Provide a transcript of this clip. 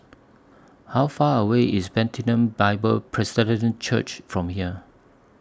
How Far away IS Bethlehem Bible Presbyterian Church from here